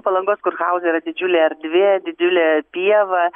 palangos kurhauze yra didžiulė erdvė didžiulė pieva